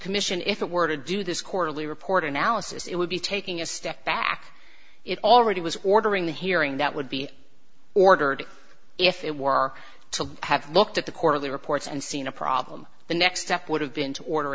commission if it were to do this quarterly report analysis it would be taking a step back it already was ordering the hearing that would be ordered if it were to have looked at the quarterly reports and seen a problem the next step would have been to order